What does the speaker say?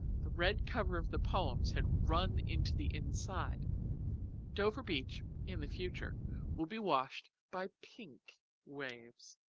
the red cover of the poems had run into the inside dover beach in the future will be washed by pink waves.